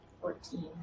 Fourteen